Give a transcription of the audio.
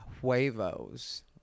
huevos